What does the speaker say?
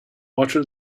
water